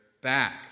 back